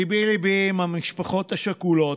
ליבי עם המשפחות השכולות.